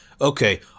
Okay